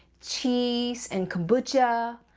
cheese and kombucha. ah